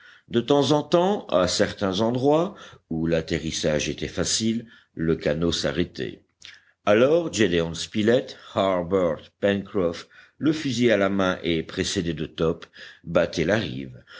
de temps en temps à certains endroits où l'atterrissage était facile le canot s'arrêtait alors gédéon spilett harbert pencroff le fusil à la main et précédés de top